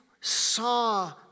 saw